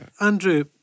Andrew